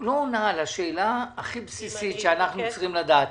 לא עונה על השאלה הכי בסיסית שאנחנו צריכים לדעת.